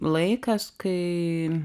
laikas kai